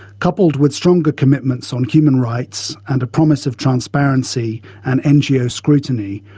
coupled with stronger commitments on human rights and a promise of transparency and ngo scrutiny,